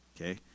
Okay